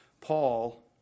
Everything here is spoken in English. Paul